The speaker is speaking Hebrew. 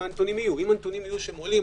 הנתונים יהיו שעולים,